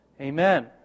amen